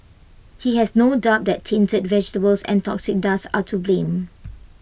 he has no doubt that tainted vegetables and toxic dust are to blame